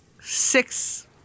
six